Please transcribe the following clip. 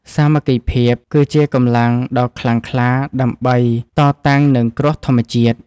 សាមគ្គីភាពគឺជាកម្លាំងដ៏ខ្លាំងក្លាដើម្បីតតាំងនឹងគ្រោះធម្មជាតិ។